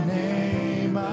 name